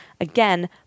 Again